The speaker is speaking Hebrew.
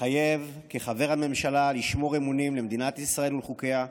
מתחייב כחבר הממשלה לשמור אמונים למדינת ישראל ולחוקיה,